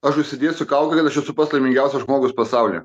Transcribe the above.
aš užsidėsiu kaukę kad aš esu pats laimingiausias žmogus pasauly